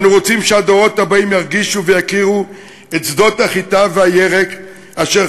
אנו רוצים שהדורות הבאים ירגישו ויכירו את שדות החיטה והירק אשר